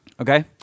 Okay